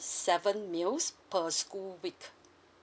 seven meals per school week